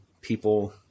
people